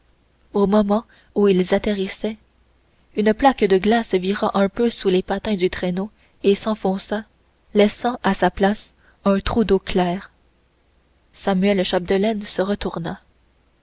au moment où ils atterrissaient une plaque de glace vira un peu sous les patins du traîneau et s'enfonça laissant à sa place un trou d'eau claire samuel chapdelaine se retourna